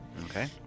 Okay